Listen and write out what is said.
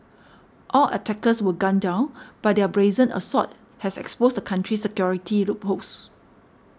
all attackers were gunned down but their brazen assault has exposed the country's security loopholes